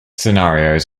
scenarios